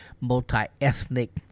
multi-ethnic